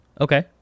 Okay